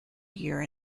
year